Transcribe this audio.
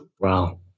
Wow